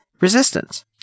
resistance